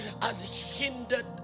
unhindered